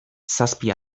zazpi